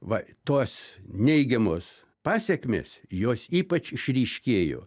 va tos neigiamos pasekmės jos ypač išryškėjo